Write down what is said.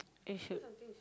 it should